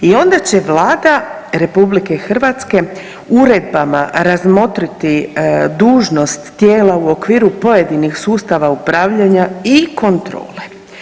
I onda će Vlada RH uredbama razmotriti dužnost tijela u okviru pojedinih sustava upravljanja i kontrole.